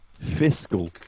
Fiscal